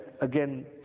again